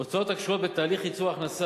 הוצאות הקשורות בתהליך ייצור ההכנסה